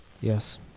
Yes